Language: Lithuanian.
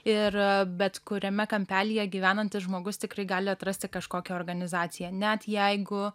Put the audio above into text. ir bet kuriame kampelyje gyvenantis žmogus tikrai gali atrasti kažkokią organizaciją net jeigu